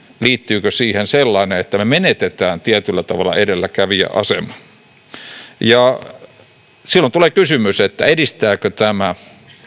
liittyykö siihen sellainen että me menetämme tietyllä tavalla edelläkävijäaseman silloin tulee kysymys edistääkö tämä